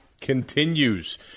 continues